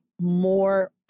more